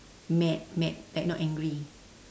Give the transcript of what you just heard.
mad mad like not angry